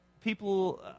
people